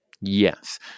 Yes